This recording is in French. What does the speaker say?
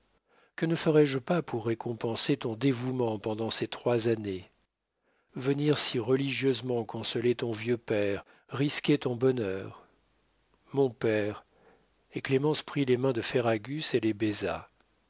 que ne ferais-je pas pour récompenser ton dévouement pendant ces trois années venir si religieusement consoler ton vieux père risquer ton bonheur mon père et clémence prit les mains de ferragus et les